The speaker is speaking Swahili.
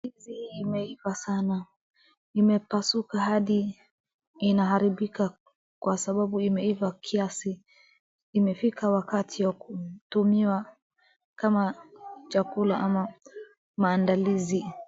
Ndizi hii imeiva sana. Imepasuka hadi ina haribika kwa sababu imeiva kiasi imefika wakati wa kutumiwa kama chakula ama maandalizi.